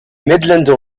midland